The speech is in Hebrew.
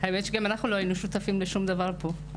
האמת שגם אנחנו לא היינו שותפים לשום דבר פה,